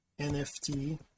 nft